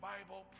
Bible